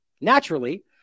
Naturally